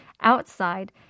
outside